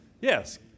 Yes